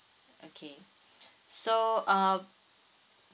okay so uh